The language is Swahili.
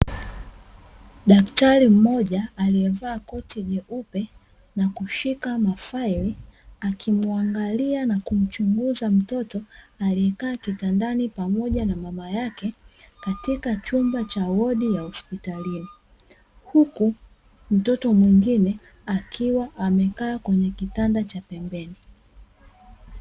Daktari mmoja aliyevaa koti jeupe na kushika mafaili, akimwangalia na kumchunguza mtoto aliyekaa kitandani pamoja na mama yake, katika chumba cha wodi ya hospitalini, huku mtoto mwingine akiwa amekaa kwenye kitanda cha pembeni.